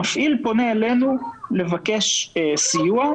המפעיל פונה אלינו לבקש סיוע.